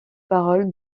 parole